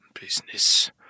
business